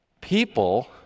people